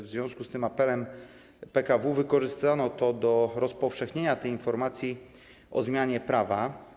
W związku z tym apelem PKW wykorzystano to do rozpowszechnienia informacji o zmianie prawa.